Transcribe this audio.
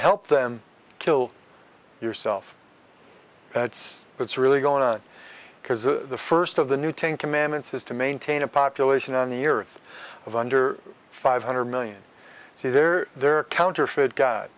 help them kill yourself that's what's really going on because the first of the new ten commandments is to maintain a population on the earth of under five hundred million it's either there or counterfeit god